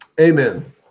Amen